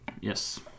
Yes